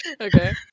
Okay